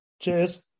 Cheers